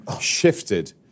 shifted